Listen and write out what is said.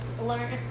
learn